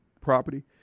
property